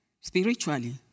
Spiritually